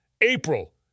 April